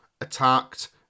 attacked